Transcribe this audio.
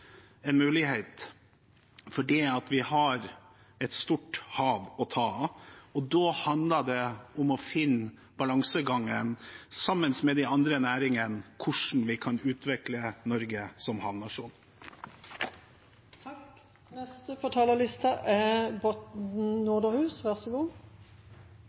har en mulighet fordi vi har et stort hav å ta av, og da handler det om å finne balansegangen sammen med de andre næringene for hvordan vi kan utvikle Norge som havnasjon. Jeg vil takke interpellanten for å ha tatt opp dette temaet. Jeg synes det er